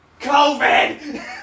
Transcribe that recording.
COVID